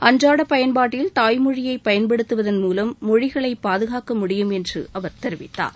அன்றாட பயன்பாட்டில் தாய்மொழியை பயன்படுத்துவதன் மூலம் மொழிகளை பாதுகாக்க முடியும் என்று அவர் தெரிவித்தார்